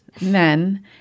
men